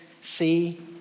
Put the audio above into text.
see